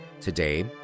Today